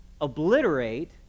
obliterate